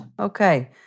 Okay